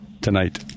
Tonight